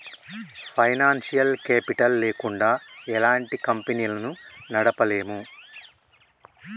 financial capital లేకుండా ఎలాంటి కంపెనీలను నడపలేము